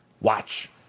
Watch